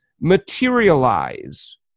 materialize